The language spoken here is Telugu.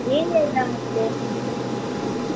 ఏమి చేద్దామిప్పుడు